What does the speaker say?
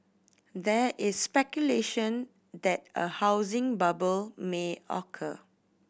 there is speculation that a housing bubble may occur